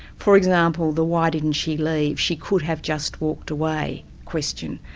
for example, the why didn't she leave? she could have just walked away' question.